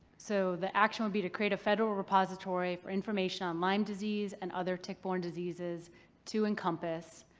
so the action would be to create a federal repository for information on lyme disease and other tick-borne diseases to encompass,